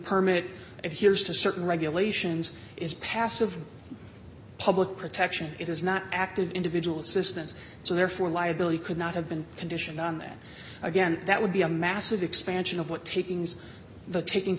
permit it here is to certain regulations is passive public protection it is not active individual assistance so therefore liability could not have been conditioned on that again that would be a massive expansion of what takings the taking